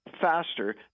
faster